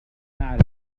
أعرف